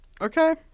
Okay